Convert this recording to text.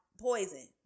poison